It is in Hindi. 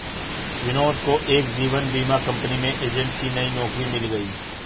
विनोद को एक जीवन बीमा कंपनी में एजेंट की नई नौकरी मिल गयी